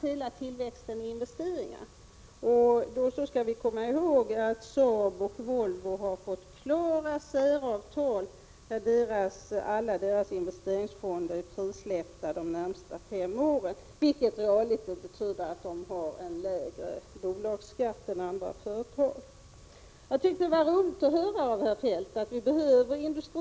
Hela tillväxten i industriinvesteringar, finns här och då skall vi komma ihåg att Saab och Volvo har fått klara säravtal, innebärande att alla deras investeringsfonder är frisläppta de Prot. 1986/87:49 närmaste fem åren, vilket i realiteten betyder att dessa bolag har en lägre 15 december 1986 bolagsskatt än andra företag.